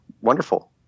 wonderful